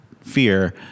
fear